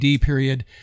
period